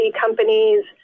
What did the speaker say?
companies